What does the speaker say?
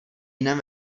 jiném